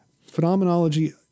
phenomenology